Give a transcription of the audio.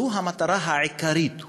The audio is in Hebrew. זאת הייתה המטרה העיקרית.